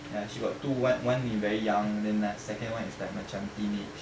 ya she got two one one is very younger then the second one is like macam teenage